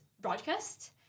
broadcast